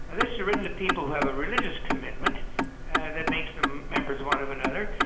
this is written to people who have a religious commitment that makes them members one of another,